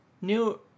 new